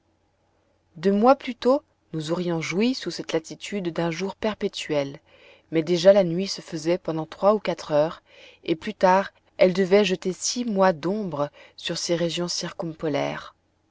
deux mois plus tôt nous aurions joui sous cette latitude d'un jour perpétuel mais déjà la nuit se faisait pendant trois ou quatre heures et plus tard elle devait jeter six mois d'ombre sur ces régions